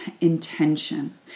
intention